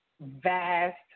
vast